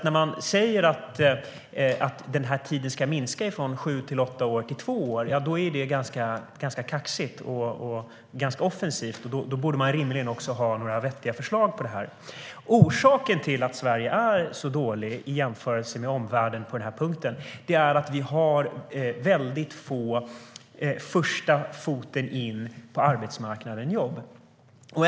När man säger att tiden ska minska från sju åtta år till två år är det ganska kaxigt och ganska offensivt, och då borde man rimligen också ha några vettiga förslag. Orsaken till att Sverige är så dåligt på denna punkt i jämförelse med omvärlden är att vi har få jobb som är första foten in på arbetsmarknaden.